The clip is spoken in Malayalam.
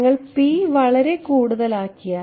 നിങ്ങൾ p വളരെ കൂടുതൽ ആക്കിയാൽ